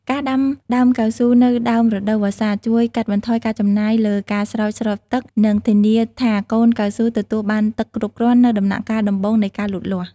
ការដាំដើមកៅស៊ូនៅដើមរដូវវស្សា ជួយកាត់បន្ថយការចំណាយលើការស្រោចស្រពទឹក និងធានាថាកូនកៅស៊ូទទួលបានទឹកគ្រប់គ្រាន់នៅដំណាក់កាលដំបូងនៃការលូតលាស់។